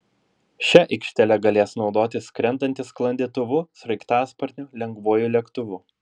šia aikštele galės naudotis skrendantys sklandytuvu sraigtasparniu lengvuoju lėktuvu